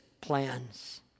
plans